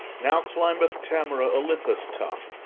now climbeth tamora olympus' top,